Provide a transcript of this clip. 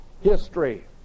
history